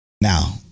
Now